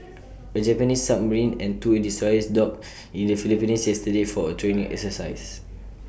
A Japanese submarine and two destroyers docked in the Philippines yesterday for A training exercise